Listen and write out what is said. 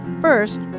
first